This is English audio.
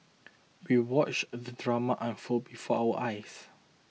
we watched the drama unfold before our eyes